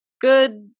good